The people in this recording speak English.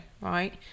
right